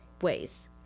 ways